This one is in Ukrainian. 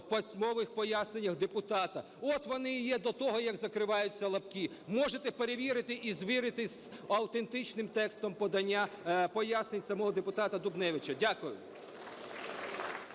в письмових поясненнях депутата. От вони і є до того, як закриваються лапки. Можете перевірити і звірити з автентичним текстом подання пояснень самого депутата Дубневича. Дякую.